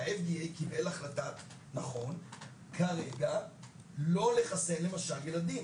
ה-FDA קיבל החלטה כרגע לא לחסן למשל ילדים.